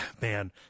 man